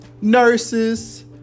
nurses